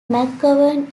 mcgovern